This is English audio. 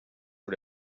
for